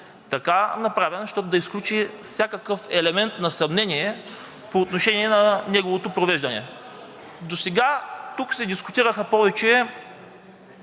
така направен, щото да изключи всякакъв елемент на съмнение по отношение на неговото провеждане. Досега тук се дискутираха повече